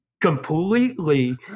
completely